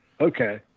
Okay